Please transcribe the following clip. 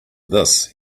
this